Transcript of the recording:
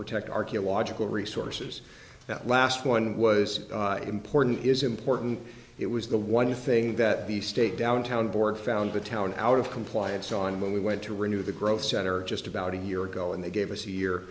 protect archaeological resources that last one was important is important it was the one thing that the state downtown board found the town out of compliance on when we went to renew the growth center just about a year ago and they gave us a year